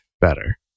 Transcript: better